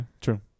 True